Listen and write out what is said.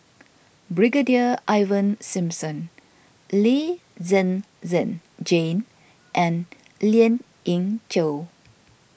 Brigadier Ivan Simson Lee Zhen Zhen Jane and Lien Ying Chow